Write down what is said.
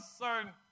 certain